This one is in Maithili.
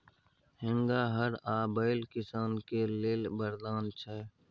हेंगा, हर आ बैल किसान केर लेल बरदान छै